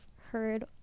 heard